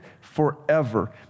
forever